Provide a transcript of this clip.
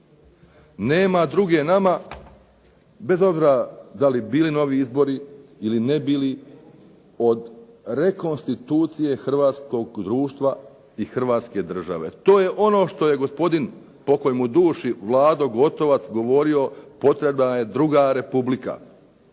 nema druge nama bez obzira da li bili novi izbori ili ne bili od rekonstitucije hrvatskog društva i Hrvatske države. To je ono što je gospodin pokoj mu duši Vlado Gotovac govorio potrebna je druga republika.